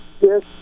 Yes